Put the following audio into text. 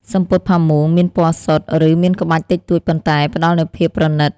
សំពត់ផាមួងមានពណ៌សុទ្ធ ឬមានក្បាច់តិចតួចប៉ុន្តែផ្តល់នូវភាពប្រណីត។